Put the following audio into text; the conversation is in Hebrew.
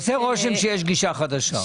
עושה רושם שיש גישה חדשה.